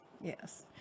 Yes